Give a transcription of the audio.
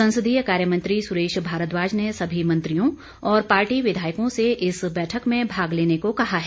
संसदीय कार्य मंत्री सुरेश भारद्वाज ने सभी मंत्रियों और पार्टी विधायकों से इस बैठक में भाग लेने को कहा है